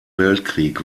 weltkrieg